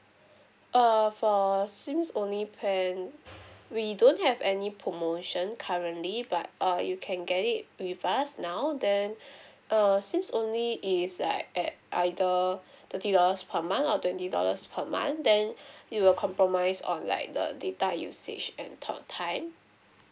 err for SIM only plan we don't have any promotion currently but err you can get it with us now then err sim only is like at either thirty dollars per month or twenty dollars per month then it will compromise on the like data usage and talk time